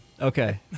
Okay